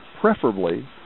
preferably